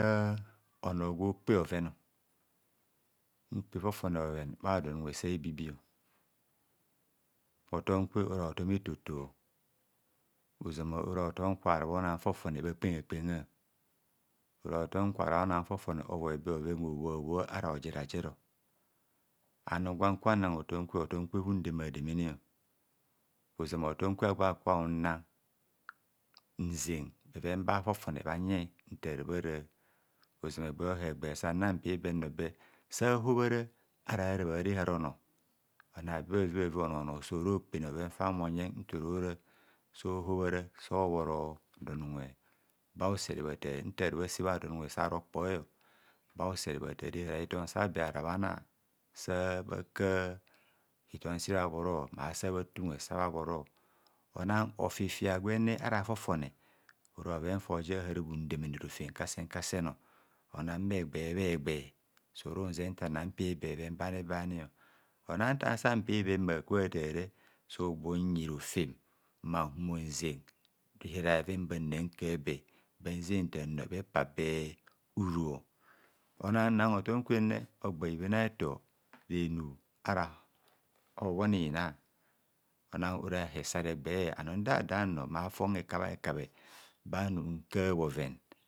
Nna onor gwo kpe bhoven, nkpe fofone bhoven bha don unwe sa ebibi, hotom kwe ora hotom efo to ozama ora hotom kwara hona fofone bhakpen gha kpegha ova hotom kwara hona fofone ovoi be bhoven obhoa bhoa ara hojera jero anum gwan kubho nnang hotom kwe aharahundemademene ozama hotom kwe agba kubho hunna nzen bhoven fa fofone bhaje ntarabha ra ozoma egba o egba sanna mpi be sahobhara ara ra bhare hara onor ona abe bhavibhavi onor nor soro kpene bhoven fame onye ntorora so hobhara, so bhoro don unwe ba usere bhatar ntara bhase bha don anwe sa rokpoi ba usere bhata rehara hitom sa be ara bha na, sa bha kar hitoma si bhabhoro ma sabha te unwe sa bha bhoro onan ofifia gwenne ara fofone ora bhoven fo ja aharabhundemene rofem kasen kasen onan bhegbe bhegbe surunzep nta nna mpi be bheven bani banio ona nta sanpibe mma kubho bhatare so gbunyi rofem mma nhumo nzen rehara bheven bana nka be banzentannor bhepa be uru ona nnang hotom kwenne bha ibhen a'etor renub ara obhonina ona ora hesare egba, anum nda dannor mafone hekabhe ekabhe ba num nkar bhovon.